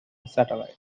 satellite